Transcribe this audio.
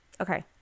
Okay